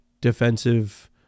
defensive